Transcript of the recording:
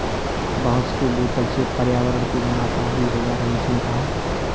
बांस के बोतल से पर्यावरण को मुनाफा ही होगा रमेश ने कहा